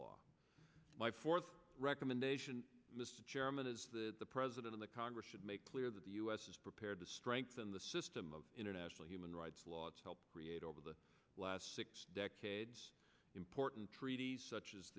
law my fourth recommendation mr chairman is that the president of the congress should make clear that the u s is prepared to strengthen the system of international human rights law to help create over the last six decades important treaties such as